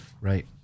Right